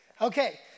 Okay